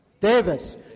Davis